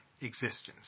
existence